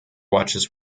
watches